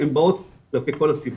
הם באות כלפי כל הציבור.